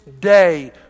day